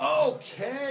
Okay